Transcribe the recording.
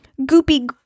goopy